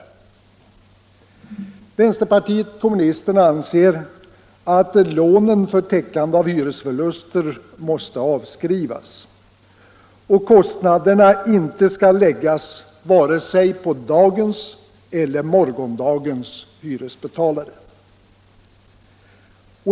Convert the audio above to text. Vänsterpartiet kommunisterna anser att lånen för täckande av hyresförluster måste avskrivas och kostnaderna inte läggas vare sig på dagens eller morgondagens hyresbetalare.